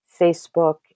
Facebook